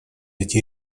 идти